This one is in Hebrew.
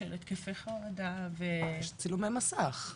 של התקפי חרדה ו --- צילומי מסך.